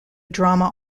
drama